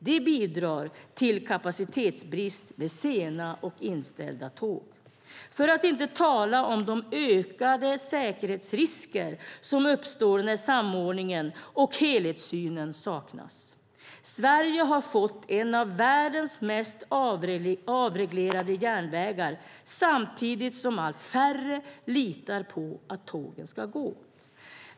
Det bidrar till kapacitetsbrist med sena och inställda tåg. Dessutom har vi de ökade säkerhetsrisker som uppstår när samordningen och helhetssynen saknas. Sverige har fått en av världens mest avreglerade järnvägar samtidigt som allt färre litar på att tågen ska gå.